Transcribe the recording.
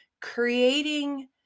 creating